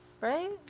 Right